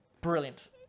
brilliant